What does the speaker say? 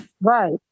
Right